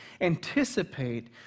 anticipate